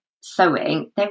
sewing